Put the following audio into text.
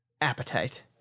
appetite